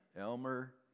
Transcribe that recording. Elmer